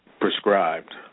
prescribed